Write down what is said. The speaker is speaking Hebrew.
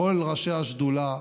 כל ראשי השדולה,